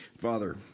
father